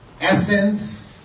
essence